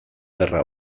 gerra